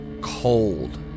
cold